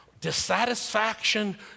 dissatisfaction